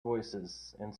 voicesand